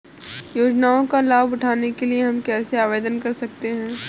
योजनाओं का लाभ उठाने के लिए हम कैसे आवेदन कर सकते हैं?